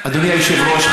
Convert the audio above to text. כבוד היושב-ראש,